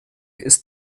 ist